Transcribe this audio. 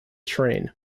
train